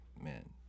man